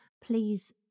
Please